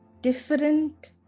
different